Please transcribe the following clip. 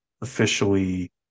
officially